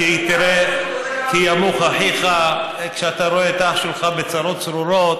"כי יָמוּךְ אחיך" כשאתה רואה את אח שלך בצרות צרורות,